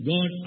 God